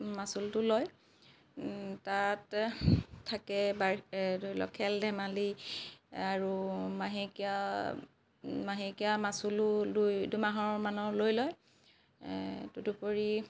মাচুলটো লয় তাত থাকে বাৰ ধৰি লওক খেল ধেমালি আৰু মাহেকীয়া মাহেকীয়া মাচুলো লৈ দুমাহৰ মানৰ লৈ লয় তদুপৰি